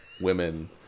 women